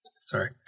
Sorry